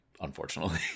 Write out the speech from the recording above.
unfortunately